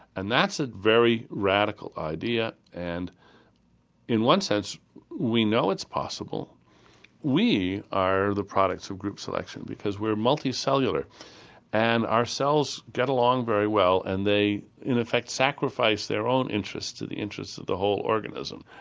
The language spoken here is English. and that's a very radical idea and in one sense we know it's possible we are the products of group selection because we're multi-cellular and our cells get along very well and they, in effect, sacrifice their own interests to the interests of the whole organism.